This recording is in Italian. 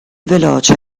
veloce